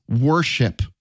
worship